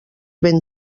ben